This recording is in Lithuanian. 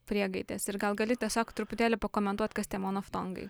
priegaidės ir gal gali tiesiog truputėlį pakomentuot kas tie monoftongai